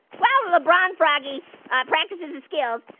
while lebron froggy practices his skills,